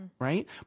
Right